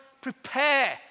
Prepare